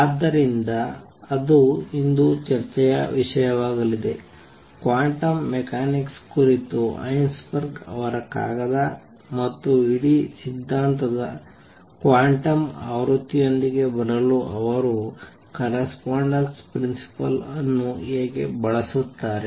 ಆದ್ದರಿಂದ ಅದು ಇಂದು ಚರ್ಚೆಯ ವಿಷಯವಾಗಲಿದೆ ಕ್ವಾಂಟಮ್ ಮೆಕ್ಯಾನಿಕ್ಸ್ ಕುರಿತ ಹೈಸನ್ಬರ್ಗ್ ಅವರ ಕಾಗದ ಮತ್ತು ಇಡೀ ಸಿದ್ಧಾಂತದ ಕ್ವಾಂಟಮ್ ಆವೃತ್ತಿಯೊಂದಿಗೆ ಬರಲು ಅವರು ಕರೆಸ್ಪಾಂಡೆನ್ಸ್ ಪ್ರಿನ್ಸಿಪಲ್ ಅನ್ನು ಹೇಗೆ ಬಳಸುತ್ತಾರೆ